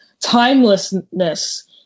timelessness